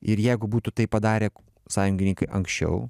ir jeigu būtų tai padarę sąjungininkai anksčiau